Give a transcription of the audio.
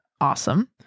awesome